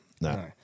No